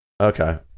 Okay